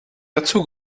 dazu